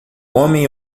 homem